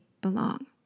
belong